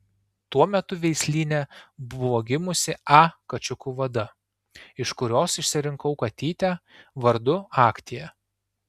tuo metu veislyne buvo gimusi a kačiukų vada iš kurios išsirinkau katytę vardu aktia